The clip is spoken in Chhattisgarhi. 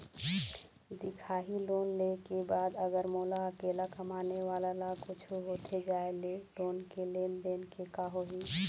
दिखाही लोन ले के बाद अगर मोला अकेला कमाने वाला ला कुछू होथे जाय ले लोन के लेनदेन के का होही?